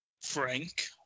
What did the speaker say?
frank